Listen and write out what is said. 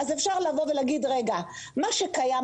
אפשר להגיד: מה שקיים,